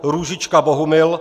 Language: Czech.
Růžička Bohumil